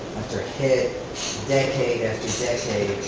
after hit decade after decade,